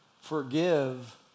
forgive